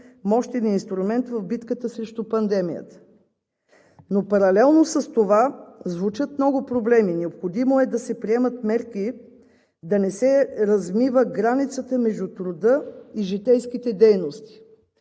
мощен инструмент в битката срещу пандемията, но паралелно с това звучат много проблеми – необходимо е да се приемат мерки да не се размива границата между труда и житейските дейности.